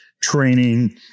training